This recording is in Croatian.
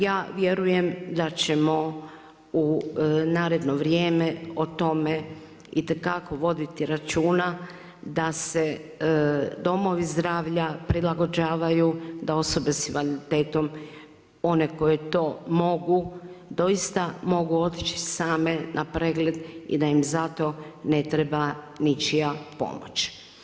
Ja vjerujem da ćemo u naredno vrijeme o tome itekako voditi računa da se domovi zdravlja prilagođavaju, da osobe sa invaliditetom one koje to mogu doista mogu otići same na pregled i da im za to ne treba ničija pomoć.